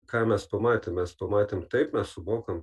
ką mes pamatėm mes pamatėm taip mes sumokam